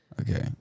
okay